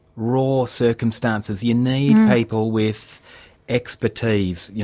raw circumstances, you need people with expertise, yeah